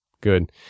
good